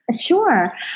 Sure